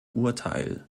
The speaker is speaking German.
urteil